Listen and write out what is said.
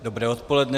Dobré odpoledne.